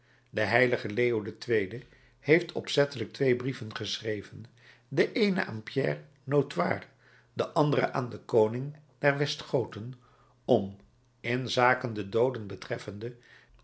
de heilige leo ii heeft opzettelijk twee brieven geschreven den eenen aan pierre notaire den anderen aan den koning der westgothen om in zaken de dooden betreffende